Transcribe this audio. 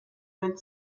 with